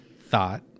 thought